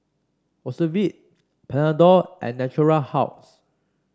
Ocuvite Panadol and Natura House